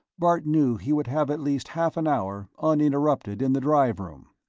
bart knew he would have at least half an hour, uninterrupted, in the drive room.